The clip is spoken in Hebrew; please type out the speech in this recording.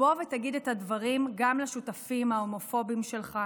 בוא ותגיד את הדברים גם לשותפים ההומופובים שלך